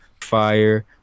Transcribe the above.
fire